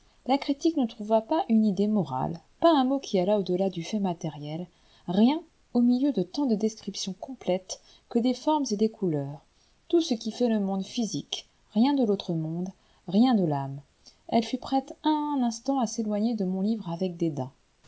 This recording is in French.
la critique ne trouva pas une idée morale pas un mot qui allât au-delà du fait matériel rien au milieu de tant de descriptions complètes que des formes et des couleurs tout ce qui fait le monde physique rien de l'autre monde rien de l'âme elle fut prête un instant à s'éloigner de mon livre avec